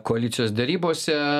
koalicijos derybose